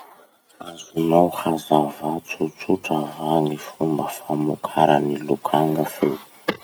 Azonao hazavà tsotsotra va gny fomba famokaran'ny lokanga feo?